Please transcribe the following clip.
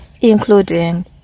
Including